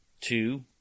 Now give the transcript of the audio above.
two